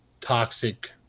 toxic